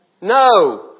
No